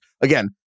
again